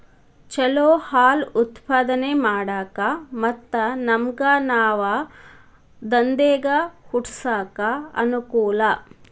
ಚಲೋ ಹಾಲ್ ಉತ್ಪಾದನೆ ಮಾಡಾಕ ಮತ್ತ ನಮ್ಗನಾವ ದಂದೇಗ ಹುಟ್ಸಾಕ ಅನಕೂಲ